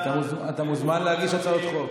אתה מוזמן להגיש הצעות חוק.